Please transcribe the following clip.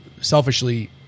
selfishly